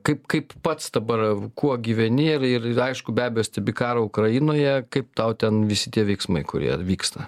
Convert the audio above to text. kaip kaip pats dabar kuo gyveni ir ir aišku be abejo stebi karą ukrainoje kaip tau ten visi tie veiksmai kurie vyksta